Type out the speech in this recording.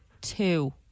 two